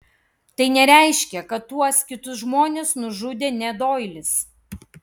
tai nereiškia kad tuos kitus žmones nužudė ne doilis